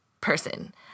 person